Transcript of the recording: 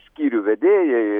skyrių vedėjai